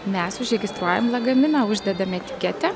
mes užregistruojam lagaminą uždedam etiketę